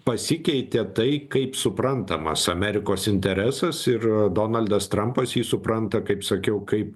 pasikeitė tai kaip suprantamas amerikos interesas ir donaldas trampas jį supranta kaip sakiau kaip